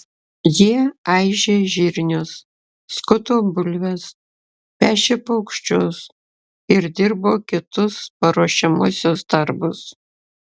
jie aižė žirnius skuto bulves pešė paukščius ir dirbo kitus paruošiamuosius darbus